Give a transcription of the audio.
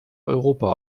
europa